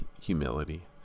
humility